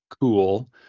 cool